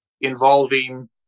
involving